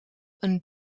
een